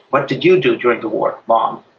what did you do during the war, mom?